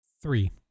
Three